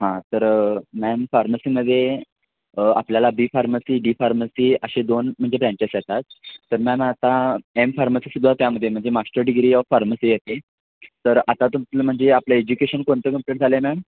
हां तर मॅम फार्मसीमध्ये आपल्याला बी फार्मसी डी फार्मसी असे दोन म्हणजे ब्रँचेस येतात तर मॅम आता एम फार्मसीसुद्धा त्यामध्ये म्हणजे मास्टर डिग्री ऑफ फार्मसी आहे तर आता तुम्हाला म्हणजे आपलं एज्युकेशन कोणतं कंप्लीट झालं आहे मॅम